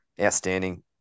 outstanding